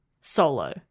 solo